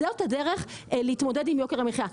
זו הדרך להתמודד עם יוקר המחייה,